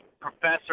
professor